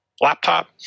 laptop